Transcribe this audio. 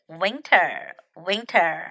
winter，winter，